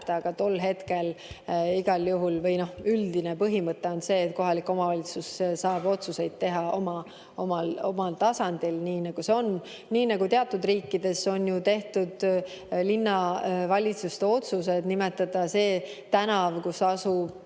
aga igal juhul üldine põhimõte on see, et kohalik omavalitsus saab otsuseid teha omal tasandil, nii nagu see on. Teatud riikides on ju tehtud linnavalitsuste otsused nimetada see tänav, kus asub